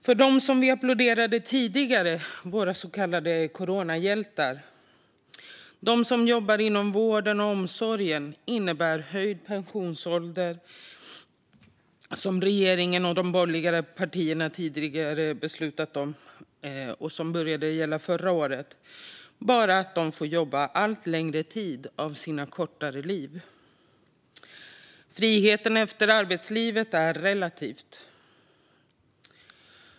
För dem som vi applåderade tidigare, våra så kallade coronahjältar som jobbar inom vården och omsorgen, innebär den höjning av pensionsåldern som regeringen och de borgerliga partierna tidigare beslutat om och som började gälla förra året bara att de får jobba allt längre tid av sina allt kortare liv. Friheten efter arbetslivet är relativ.